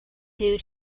due